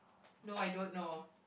no I don't know